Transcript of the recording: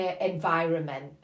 environment